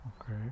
Okay